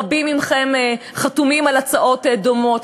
רבים מכם חתומים על הצעות דומות,